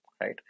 right